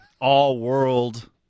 all-world